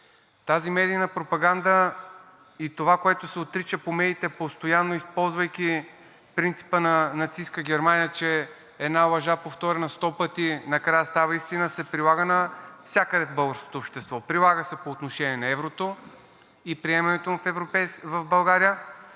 Тази медийна пропаганда и това, което се отрича по медиите постоянно, използвайки принципа на нацистка Германия, че една лъжа, повторена сто пъти, накрая става истина, се прилага навсякъде в българското общество. Прилага се по отношение на еврото и приемането му в България,